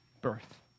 birth